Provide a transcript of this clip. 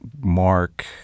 Mark